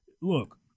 Look